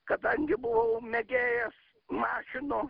kadangi buvau mėgėjas mašinų